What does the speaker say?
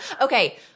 Okay